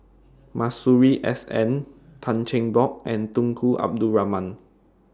Masuri S N Tan Cheng Bock and Tunku Abdul Rahman